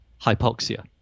hypoxia